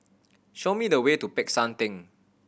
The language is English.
show me the way to Peck San Theng